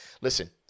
Listen